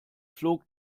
flog